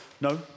No